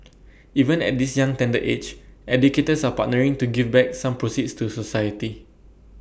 even at this young tender age educators are partnering to give back some proceeds to society